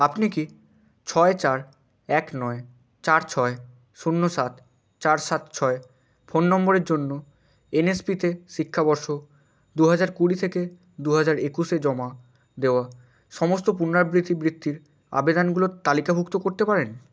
আপনি কি ছয় চার এক নয় চার ছয় শূন্য সাত চার সাত ছয় ফোন নম্বরের জন্য এনএসপিতে শিক্ষাবর্ষ দু হাজার কুড়ি থেকে দু হাজার একুশে জমা দেওয়া সমস্ত পুনরাবৃত্তি বৃত্তির আবেদনগুলোর তালিকাভুক্ত করতে পারেন